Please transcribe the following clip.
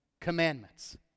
commandments